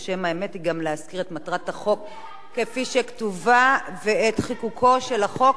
אז האמת היא גם להזכיר את שם החוק כפי שכתוב ואת חיקוקו של החוק,